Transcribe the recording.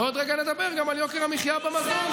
ועוד רגע נדבר גם על יוקר המחיה במזון.